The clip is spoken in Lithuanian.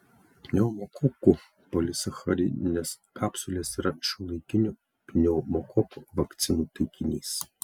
pneumokokų polisacharidinės kapsulės yra šiuolaikinių pneumokoko vakcinų taikinys